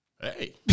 Hey